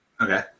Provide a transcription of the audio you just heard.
Okay